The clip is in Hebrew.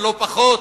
ולא פחות,